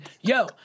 yo